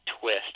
twist